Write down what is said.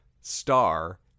star